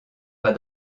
pas